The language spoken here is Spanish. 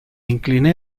incliné